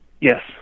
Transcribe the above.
Yes